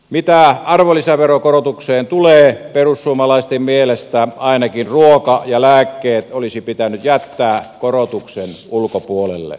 mitä arvonlisäveron korotukseen tulee perussuomalaisten mielestä ainakin ruoka ja lääkkeet olisi pitänyt jättää korotuksen ulkopuolelle